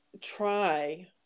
try